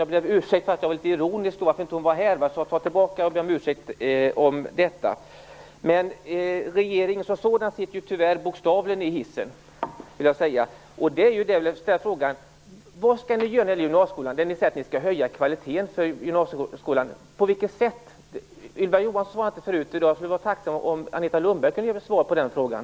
Jag ber om ursäkt för att jag var litet ironisk över att hon inte var här. Jag tar tillbaka det och ber som sagt om ursäkt. Men regeringen sitter ju tyvärr också bokstavligen fast i en hiss. Jag skulle vilja fråga: Vad skall ske med gymnasieskolan? Kvaliteten på gymnasieskolan skall höjas, men på vilket sätt? Ylva Johansson var här förut i dag, men nu skulle jag vara tacksam om Agneta Lundberg kunde ge mig svar på den frågan.